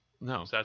No